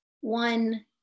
One